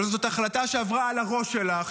אבל זאת החלטה שעברה על הראש שלך,